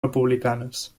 republicanes